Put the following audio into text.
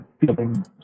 feeling